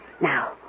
Now